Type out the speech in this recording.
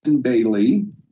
Bailey